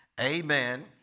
Amen